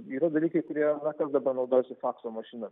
yra dalykai kurie na kas dabar naudojasi fakso mašina